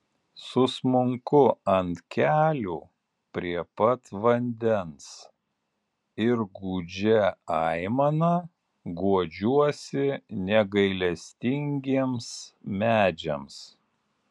susmunku ant kelių prie pat vandens ir gūdžia aimana guodžiuosi negailestingiems medžiams